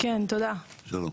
יש לי